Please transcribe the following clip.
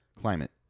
climate